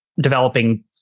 developing